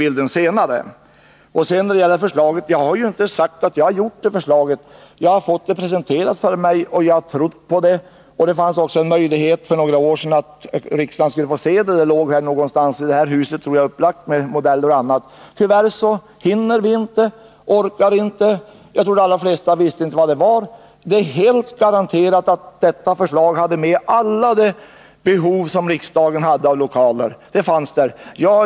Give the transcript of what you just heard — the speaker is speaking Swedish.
När det sedan gäller det tidigare förslaget till nytt riksdagshus har jag ju inte sagt att jag har gjort förslaget, utan jag har fått det presenterat för mig, och jag har trott på det. För några år sedan fanns det också en möjlighet för riksdagen att få se det — det fanns en modell på det någonstans i det här huset. Tyvärr hinner och orkar vi inte sätta oss in i allt, och jag tror att de allra flesta inte ens visste att förslaget fanns. Men det är helt garanterat att det förslaget hade med alla de lokaler som riksdagen hade behov av.